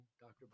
Dr